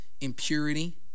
impurity